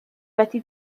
wedi